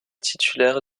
titulaire